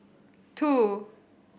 two